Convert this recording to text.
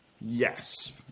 Yes